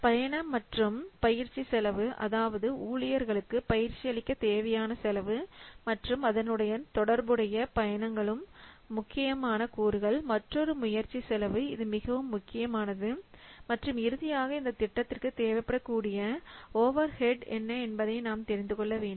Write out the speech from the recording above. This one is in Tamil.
பயண மற்றும் பயிற்சி செலவு அதாவது ஊழியர்களுக்கு பயிற்சி அளிக்க தேவையான செலவு மற்றும் அதனுடன் தொடர்புடைய பயணங்களும் முக்கியமான கூறுகள் மற்றொரு முயற்சி செலவு இது மிகவும் முக்கியமானது மற்றும் இறுதியாக இந்தத் திட்டத்திற்கு தேவைப்படக்கூடிய ஓவர் ஹெட் என்ன என்பதை நாம் தெரிந்துகொள்ள வேண்டும்